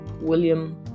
William